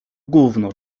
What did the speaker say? gówno